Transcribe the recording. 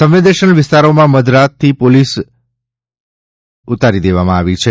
સંવેદનશીલ વિસ્તારોમાં મધરાતથી પોલીસની ટુકડીઓ ઉતારી દેવામાં આવી છે